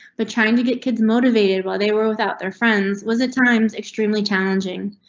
but trying to get kids motivated while they were without their friends was at times extremely challenging.